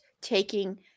taking